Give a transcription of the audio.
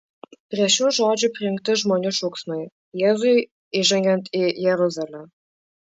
prie šių žodžių prijungti žmonių šauksmai jėzui įžengiant į jeruzalę